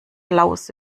laus